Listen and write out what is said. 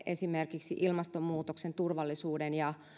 esimerkiksi ilmastonmuutoksen turvallisuuden ja